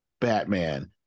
Batman